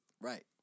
Right